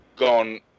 Gone